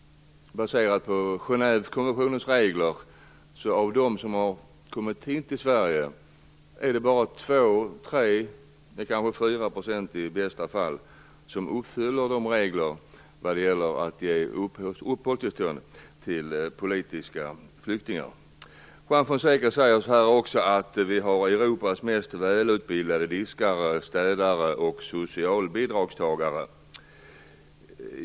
Baserat på Genèvekonventionen är det bara 2, 3 eller i bästa fall kanske 4 % av dem som har kommit till Sverige som uppfyller reglerna om uppehållstillstånd för politiska flyktingar. Juan Fonseca säger att vi har Europas mest välutbildade diskare, städare och socialbidragstagare.